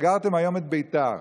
סגרתם היום את בית"ר.